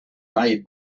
made